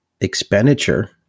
expenditure